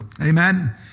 Amen